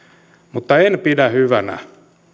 mutta en pidä hyvänä